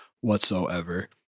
whatsoever